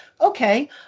Okay